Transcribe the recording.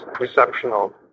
exceptional